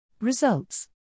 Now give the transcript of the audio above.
Results